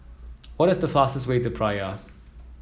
what is the fastest way to Praia